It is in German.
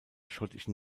schottischen